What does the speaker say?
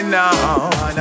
now